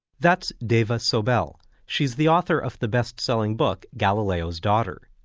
that's dava sobel. she's the author of the bestselling book, galileo's daughter.